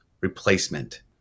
replacement